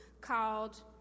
called